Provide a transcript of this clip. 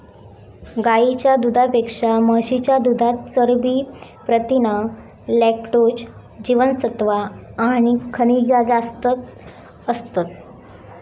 गाईच्या दुधापेक्षा म्हशीच्या दुधात चरबी, प्रथीना, लॅक्टोज, जीवनसत्त्वा आणि खनिजा जास्त असतत